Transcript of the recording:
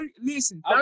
Listen